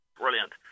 brilliant